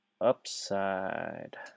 Upside